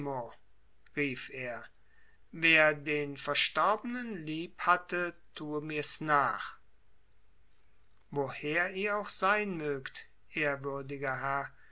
rief er wer den verstorbenen lieb hatte tue mirs nach woher ihr auch sein mögt ehrwürdiger herr